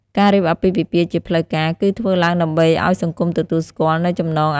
ការរៀបអាពាហ៍ពិពាហ៍ជាផ្លូវការ គឺធ្វើឡើងដើម្បីឲ្យសង្គមទទួលស្គាល់នូវចំណងអាពាហ៍ពិពាហ៍របស់គូស្វាមីភរិយា។